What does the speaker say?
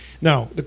Now